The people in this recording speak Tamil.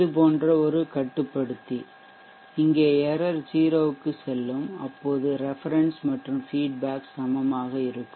இது போன்ற ஒரு கட்டுப்படுத்தி இங்கே எரர் பிழை 0 க்குச் செல்லும் அப்போது ரெஃபெரென்ஷ் மற்றும் ஃபீட்பேக் சமமாக இருக்கும்